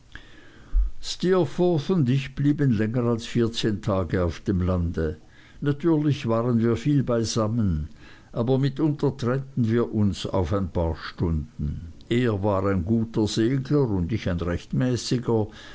und ich blieben länger als vierzehn tage auf dem lande natürlich waren wir viel beisammen aber mitunter trennten wir uns auf ein paar stunden er war ein guter segler und ich ein recht